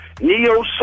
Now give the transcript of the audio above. neo